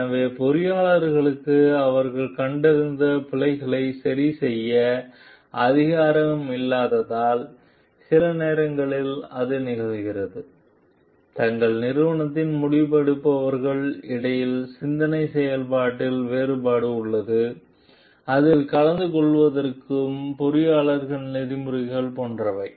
எனவே பொறியாளர்களுக்கு அவர்கள் கண்டறிந்த பிழைகளை சரிசெய்ய அதிகாரம் இல்லாததால் சில நேரங்களில் அது நிகழ்கிறது தங்கள் நிறுவனத்தில் முடிவெடுப்பவர்களுக்கு இடையில் சிந்தனை செயல்பாட்டில் வேறுபாடு உள்ளது அதில் கலந்துகொள்வதற்கும் பொறியியல் நெறிமுறைகள் போன்றவை